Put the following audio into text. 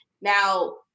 Now